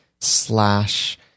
slash